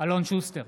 אלון שוסטר,